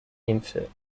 infant